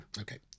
Okay